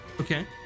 Okay